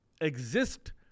exist